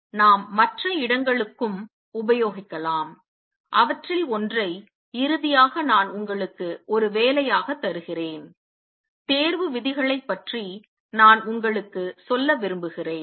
இதேபோல் நாம் மற்ற இடங்களுக்கும் உபயோகிக்கலாம் அவற்றில் ஒன்றை இறுதியாக நான் உங்களுக்கு ஒரு வேலையாக தருகிறேன் தேர்வு விதிகளைப் பற்றி நான் உங்களுக்கு சொல்ல விரும்புகிறேன்